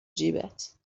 جیبت